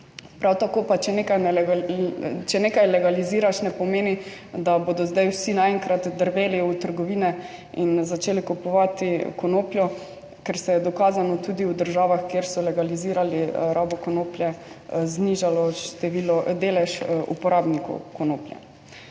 Prav tako pa, če nekaj legaliziraš, ne pomeni, da bodo zdaj vsi naenkrat drveli v trgovine in začeli kupovati konopljo, ker se je, dokazano, tudi v državah, kjer so legalizirali rabo konoplje, znižalo število delež uporabnikov konoplje.